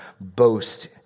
boast